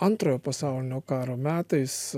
antrojo pasaulinio karo metais